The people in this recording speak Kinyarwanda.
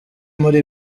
muri